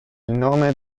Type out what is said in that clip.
nome